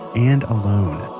and alone.